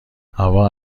هوا